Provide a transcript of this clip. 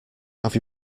have